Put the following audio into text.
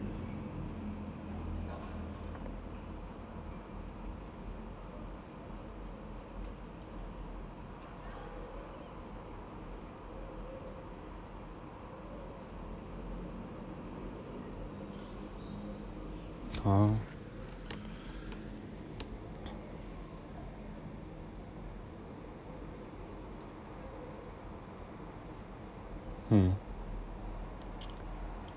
oh mm